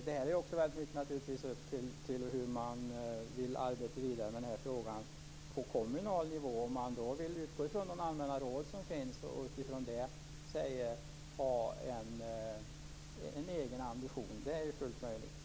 Detta är naturligtvis beroende av hur man vill arbeta vidare med den här frågan på kommunal nivå, om man vill utgå från de allmänna råd som finns och utifrån dem ha en egen ambition. Det är fullt möjligt.